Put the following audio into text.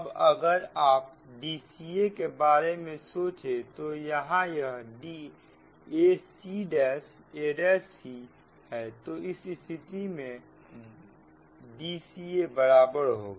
अब अगर आप Dca के बारे में सोचें तो यहां यह ac' a'c है तो इस स्थिति में Dca बराबर होगा